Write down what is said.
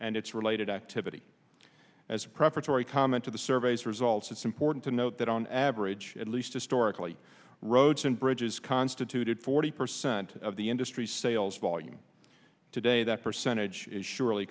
and its related activity as preparatory comment to the surveys results it's important to note that on average at least historically roads and bridges constituted forty percent of the industry sales volume today that percentage is surely